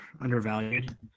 undervalued